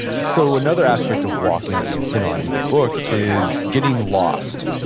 so another aspect of walking that you hit on in the book is getting lost.